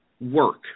work